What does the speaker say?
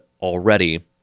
already